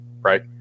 right